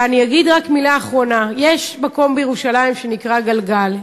ואני אגיד רק מילה אחרונה: יש מקום בירושלים שנקרא "גלגל",